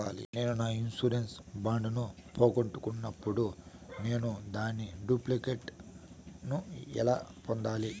నేను నా insurance bond ను పోగొట్టుకున్నప్పుడు నేను దాని డూప్లికేట్ ను ఎలా పొందాలి?